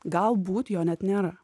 galbūt jo net nėra